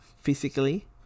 physically